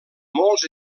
molts